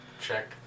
Check